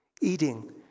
Eating